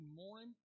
morning